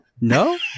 No